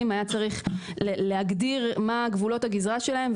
היה צריך להגדיר מה גבולות הגזרה שלהם,